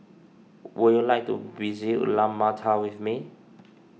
would you like to visit Ulaanbaatar with me